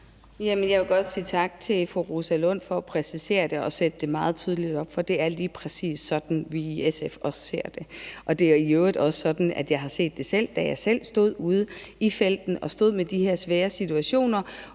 Jeg vil godt sige tak til fru Rosa Lund for at præcisere det og sætte det meget tydeligt op, for det er lige præcis sådan, vi i SF også ser det. Og det er i øvrigt også sådan, jeg selv har set det, da jeg var i felten og stod med de her svære situationer,